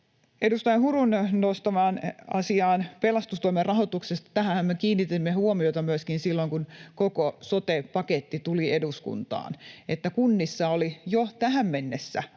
Edustaja Hurun nostamaan asiaan pelastustoimen rahoituksesta: Tähänhän me kiinnitimme huomiota myöskin silloin, kun koko sote-paketti tuli eduskuntaan, että kunnissa oli jo tähän mennessä